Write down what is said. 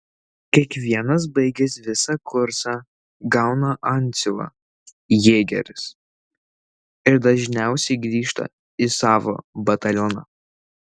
kiekvienas baigęs visą kursą gauna antsiuvą jėgeris ir dažniausiai grįžta į savo batalioną